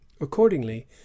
accordingly